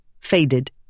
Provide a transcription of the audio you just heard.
faded